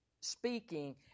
speaking